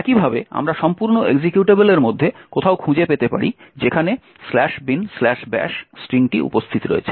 একইভাবে আমরা সম্পূর্ণ এক্সিকিউটেবলের মধ্যে কোথাও খুঁজে পেতে পারি যেখানে binbash স্ট্রিংটি উপস্থিত রয়েছে